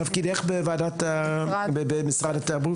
תפקידך במשרד התרבות?